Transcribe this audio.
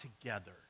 together